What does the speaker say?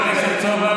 אני מסכים איתך בנושא,